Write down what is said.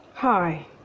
Hi